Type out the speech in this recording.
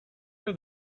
are